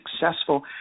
successful